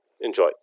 Enjoy